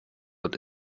und